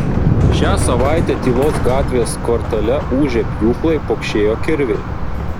šią savaitę tylos gatvės kvartale ūžė pjūklai pokšėjo kirviai